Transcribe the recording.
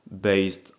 based